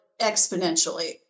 exponentially